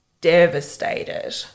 devastated